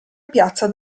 piazza